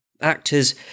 Actors